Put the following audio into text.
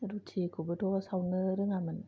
रुटिखौबोथ' सावनो रोङामोन